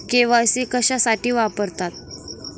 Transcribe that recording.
KYC कशासाठी वापरतात?